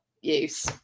use